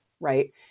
right